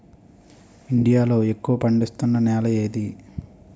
India లో ఎక్కువ పండిస్తున్నా నేల ఏది?